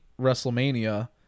WrestleMania